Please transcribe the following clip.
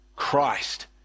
christ